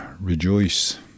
rejoice